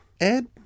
Ed